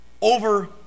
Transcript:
over